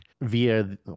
via